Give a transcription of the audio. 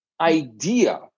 idea